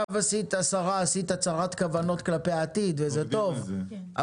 השרה עשתה הצהרת כוונות כלפי העתיד וזה טוב,